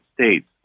States